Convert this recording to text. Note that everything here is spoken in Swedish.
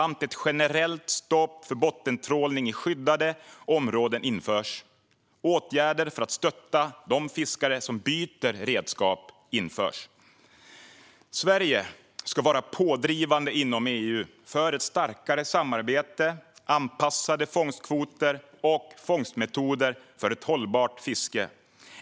Och ett generellt stopp för bottentrålning i skyddade områden ska införas. Åtgärder för att stötta de fiskare som byter redskap vidtas. Sverige ska vara pådrivande inom EU för ett starkare samarbete, anpassade fångstkvoter och fångstmetoder för ett hållbart fiske.